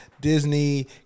Disney